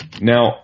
Now